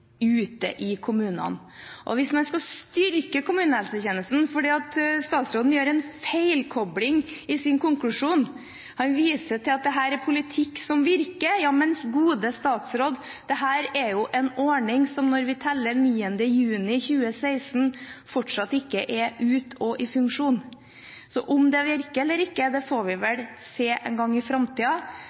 ute i kommunene. Og hvis man skal styrke kommunehelsetjenesten, gjør statsråden en feilkobling i sin konklusjon. Han viser til at dette er politikk som virker. Ja, men gode statsråd, dette er jo en ordning som – når vi skriver 9. juni 2016 – fortsatt ikke er ute og i funksjon. Så om det virker eller ikke, får vi vel se en gang i